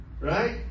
Right